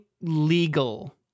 legal